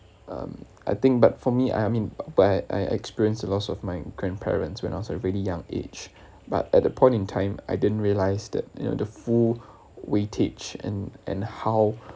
um I think but for me I mean where I experienced the loss of my grandparents when I was very young age but at the point in time I didn't realise that you know the full weightage and and how